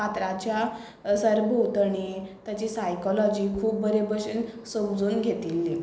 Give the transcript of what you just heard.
पात्राच्या सरभोंवतणी ताची सायकलॉजी खूब बरे भशेन समजून घेतिल्ली